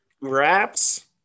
wraps